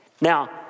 Now